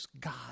God